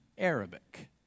Arabic